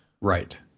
right